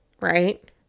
right